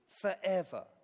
forever